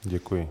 Děkuji.